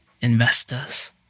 investors